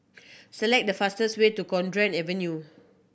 select the fastest way to Cowdray Avenue